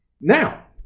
Now